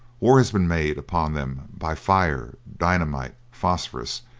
war has been made upon them by fire, dynamite, phosphorus,